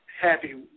happy